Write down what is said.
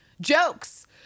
jokes